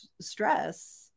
stress